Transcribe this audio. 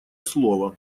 слово